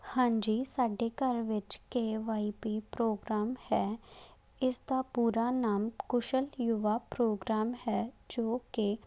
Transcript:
ਹਾਂਜੀ ਸਾਡੇ ਘਰ ਵਿੱਚ ਕੇ ਵਾਈ ਪੀ ਪ੍ਰੋਗਰਾਮ ਹੈ ਇਸ ਦਾ ਪੂਰਾ ਨਾਮ ਕੁਸ਼ਲ ਯੁਵਾ ਪ੍ਰੋਗਰਾਮ ਹੈ ਜੋ ਕਿ